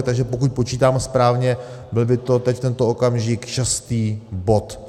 Takže pokud počítám správně, byl by to v tento okamžik šestý bod.